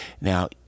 now